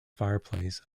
fireplace